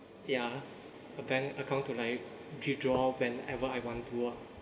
yeah a bank account to like withdraw whenever I want to ah